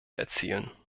erzielen